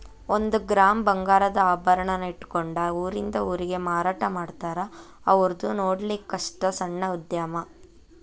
ಒಂದ ಗ್ರಾಮ್ ಬಂಗಾರದ ಆಭರಣಾ ಇಟ್ಕೊಂಡ ಊರಿಂದ ಊರಿಗೆ ಮಾರಾಟಾಮಾಡ್ತಾರ ಔರ್ದು ನೊಡ್ಲಿಕ್ಕಸ್ಟ ಸಣ್ಣ ಉದ್ಯಮಾ